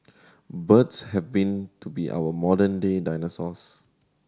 birds have been to be our modern day dinosaurs